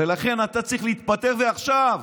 ולכן אתה צריך להתפטר, ועכשיו,